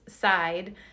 side